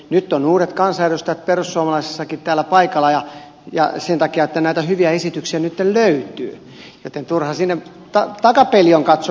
nyt on uudet kansanedustajat perussuomalaisistakin täällä paikalla ja sen takia näitä hyviä esityksiä nyt löytyy joten turhaa sinne takapeiliin on katsominen